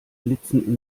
blitzen